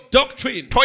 doctrine